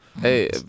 Hey